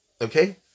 Okay